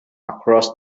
across